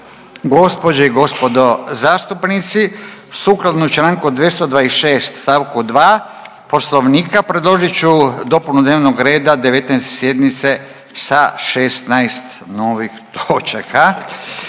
gospođe i gospodo zastupnici, sukladno čl. 226. st. 2. Poslovnika predložit ću dopunu dnevnog reda 19. sjednice sa 16 novih točaka.